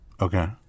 Okay